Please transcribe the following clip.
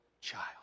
child